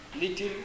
little